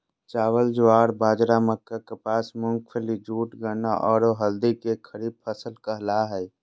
चावल, ज्वार, बाजरा, मक्का, कपास, मूंगफली, जूट, गन्ना, औरो हल्दी के खरीफ फसल कहला हइ